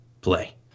play